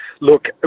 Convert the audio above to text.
Look